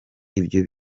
ibyo